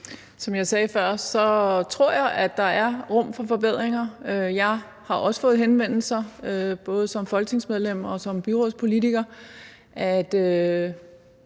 Som jeg sagde før, tror jeg, at der er rum for forbedringer. Jeg har også fået henvendelser både som folketingsmedlem og som byrådspolitiker